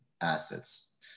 assets